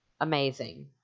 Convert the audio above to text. amazing